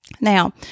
now